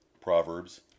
Proverbs